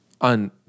on